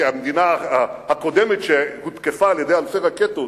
כי המדינה הקודמת שהותקפה על-ידי אלפי רקטות